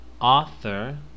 Author